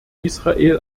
israel